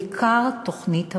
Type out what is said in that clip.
ובעיקר, תוכנית הבראה.